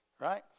Right